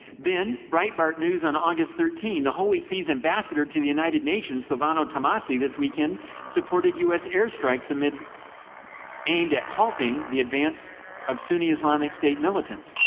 then, breitbart news on august thirteen, the holy see's ambassador to the united nations, silvano tomasi, this weekend supported us air strikes um aimed at halting the advance of sunni islamic state militants,